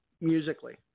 musically